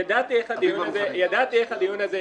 ידעתי איך הדיון הזה ייראה,